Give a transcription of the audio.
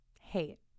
Hate